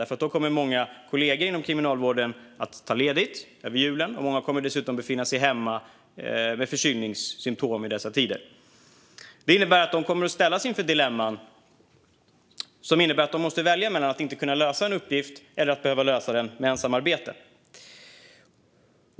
Då kommer många kollegor inom Kriminalvården att ta ledigt, och många kommer dessutom att befinna sig hemma med förkylningssymtom i dessa tider. Det innebär att de kommer att ställas inför dilemman att välja mellan att inte kunna lösa en uppgift eller att lösa den med ensamarbete.